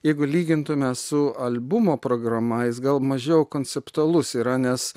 jeigu lygintume su albumo programa jis gal mažiau konceptualus yra nes